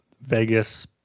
Vegas